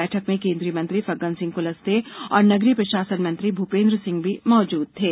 बैठक में केन्द्रीय मंत्री फग्गन सिंह क्लस्ते और नगरीय प्रशासन मंत्री भूपेन्द्र सिंह भी मौजूद थे